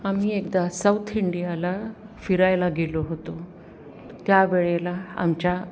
आम्ही एकदा साऊथ इंडियाला फिरायला गेलो होतो त्यावेळेला आमच्या